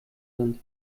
sind